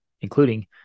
including